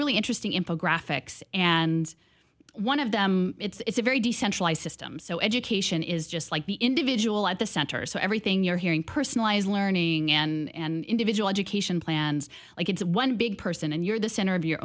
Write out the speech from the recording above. really interesting info graphics and one of them it's a very decentralized system so education is just like the individual at the center so everything you're hearing personalized learning and individual education plans like it's one big person and you're the center of your